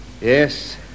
Yes